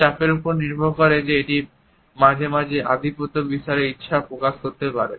চাপের উপর নির্ভর করে এটি মাঝে মাঝে আধিপত্য বিস্তারের ইচ্ছা প্রকাশ করতে পারে